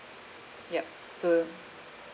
yup so